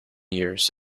years